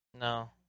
No